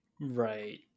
Right